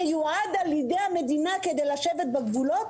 שיועד על ידי המדינה כדי לשבת בגבולות,